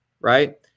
right